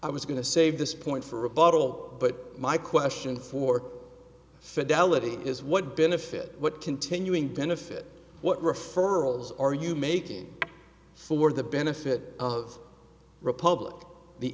i was going to save this point for rebuttal but my question for fidelity is what benefit what continuing benefit what referrals are you making for the benefit of republic the